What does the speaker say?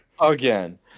again